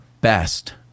best